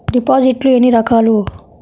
డిపాజిట్లు ఎన్ని రకాలు?